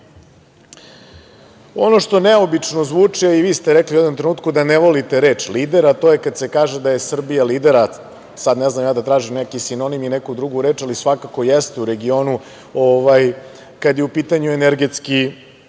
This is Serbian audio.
što neobično zvuči, a i vi ste rekli u jednom trenutku da ne volite reč „lider“, a to je kad se kaže da je Srbija lider, a sad ne znam ja da tražim neki sinonim i neku drugu reč, ali svakako jeste u regionu kada je u pitanju energetski